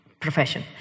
profession